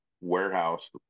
warehouse